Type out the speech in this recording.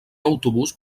autobús